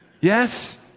Yes